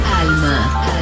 Alma